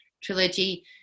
trilogy